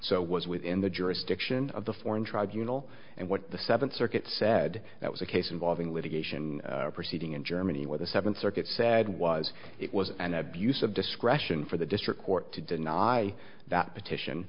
so was within the jurisdiction of the foreign tribunals and what the seventh circuit said that was a case involving litigation proceeding in germany where the seventh circuit said was it was an abuse of discretion for the district court to deny that petition